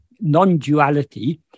non-duality